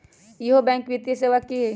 इहु बैंक वित्तीय सेवा की होई?